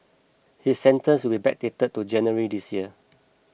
his sentence will be backdated to January this year